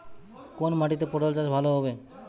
কোন মাটিতে পটল চাষ ভালো হবে?